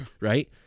right